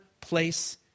place